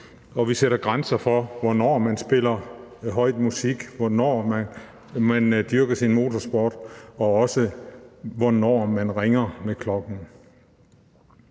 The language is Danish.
og vi sætter grænser for, hvornår man spiller høj musik, hvornår man dyrker motorsport, og også hvornår man ringer med kirkeklokken.